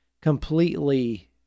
completely